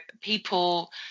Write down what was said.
people